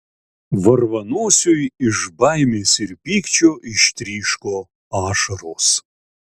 varvanosiui iš baimės ir pykčio ištryško ašaros